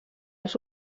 als